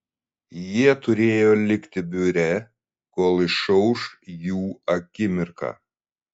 jie turėjo likti biure kol išauš jų akimirka